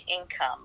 income